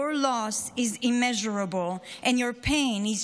Your loss is immeasurable and your pain is